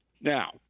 Now